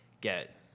get